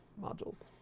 modules